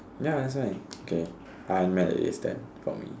ya that's why okay Iron Man it is then for me